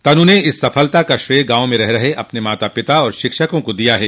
तनु ने इस सफलता का श्रेय गांव में रह रहे अपने माता पिता और शिक्षकों को दिया है